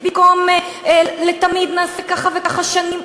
במקום לתמיד נעשה ככה וככה שנים,